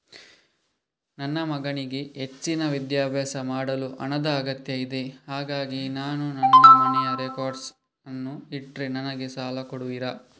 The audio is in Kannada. ನನ್ನ ಮಗನಿಗೆ ಹೆಚ್ಚಿನ ವಿದ್ಯಾಭ್ಯಾಸ ಮಾಡಲು ಹಣದ ಅಗತ್ಯ ಇದೆ ಹಾಗಾಗಿ ನಾನು ನನ್ನ ಮನೆಯ ರೆಕಾರ್ಡ್ಸ್ ಅನ್ನು ಇಟ್ರೆ ನನಗೆ ಸಾಲ ಕೊಡುವಿರಾ?